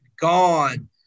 gone